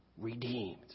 Redeemed